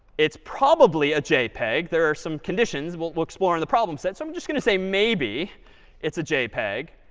it's probably a jpeg. there are some conditions. we'll we'll explore in the problem set. so i'm just going to say maybe it's a jpeg.